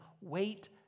wait